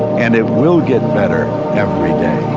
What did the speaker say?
and it will get better every day,